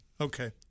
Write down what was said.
Okay